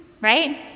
right